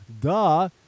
Duh